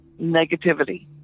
negativity